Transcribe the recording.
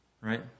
right